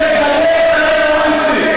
תגנה את הטרוריסטים,